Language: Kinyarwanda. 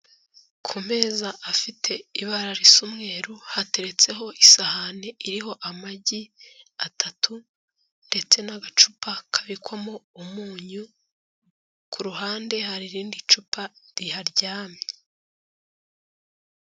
Ku meza afite ibara risa umweru, hateretseho isahani iriho amagi atatu ndetse n'agacupa kabikwamo umunyu, ku ruhande hari irindi cupa riharyamye.